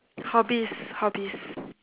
hobbies hobbies